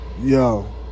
Yo